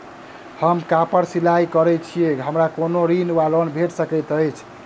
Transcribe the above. हम कापड़ सिलाई करै छीयै हमरा कोनो ऋण वा लोन भेट सकैत अछि?